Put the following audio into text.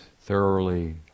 thoroughly